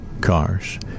cars